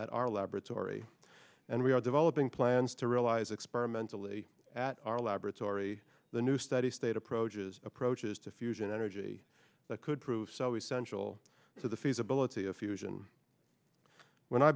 at our laboratory and we are developing plans to realize experimentally at our laboratory the new study state approaches approaches to fusion energy that could prove so essential to the feasibility of fusion when i